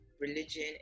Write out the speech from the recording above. religion